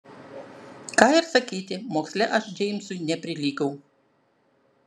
ką ir sakyti moksle aš džeimsui neprilygau